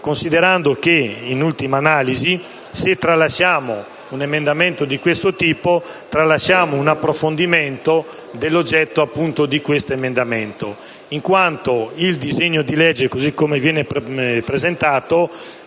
considerato che, in ultima analisi, se tralasciamo un emendamento di questo tipo tralasciamo di approfondire il suo oggetto, in quanto il disegno di legge, così come viene presentato,